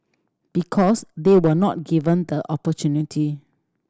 because they were not given the opportunity